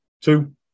two